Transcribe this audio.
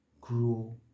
grow